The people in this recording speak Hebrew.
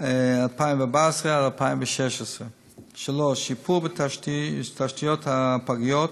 2014 עד 2016, 3. שיפור בתשתיות הפגיות,